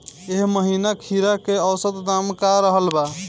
एह महीना खीरा के औसत दाम का रहल बा?